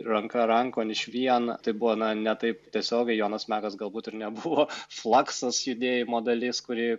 ranka rankon išvien tai buvo na ne taip tiesiogiai jonas mekas galbūt ir nebuvo flaksas judėjimo dalis kurį